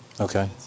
Okay